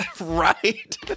right